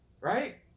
right